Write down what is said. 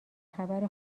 خبر